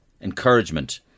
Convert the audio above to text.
encouragement